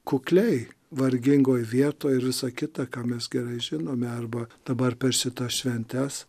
kukliai vargingoj vietoj ir visa kita ką mes gerai žinome arba dabar per šitas šventes